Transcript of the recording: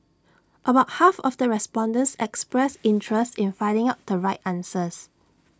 about half of the respondents expressed interest in finding out the right answers